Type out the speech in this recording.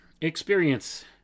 experience